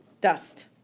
dust